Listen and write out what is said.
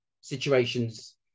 situations